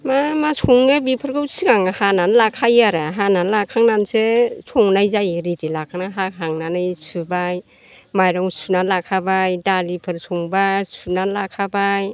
मा मा सङो बिफोरखौ सिगाङाव हानानै लाखायो आरो हानानै लाखांनानैसो संनाय जायो रेडि लाखानानै हाखानानै सुबाय माइरं सुनानै लाखाबाय दालिफोर संब्ला सुनानै लाखाबाय